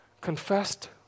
confessed